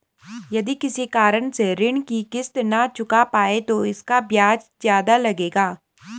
यदि किसी कारण से ऋण की किश्त न चुका पाये तो इसका ब्याज ज़्यादा लगेगा?